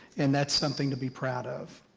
and that's something to be proud of.